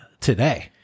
today